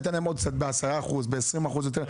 אני אתן להם ב-10%-20% יותר".